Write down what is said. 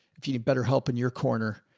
if you need better help in your corner,